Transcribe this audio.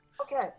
Okay